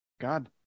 God